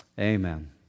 amen